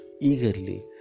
eagerly